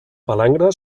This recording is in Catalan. palangre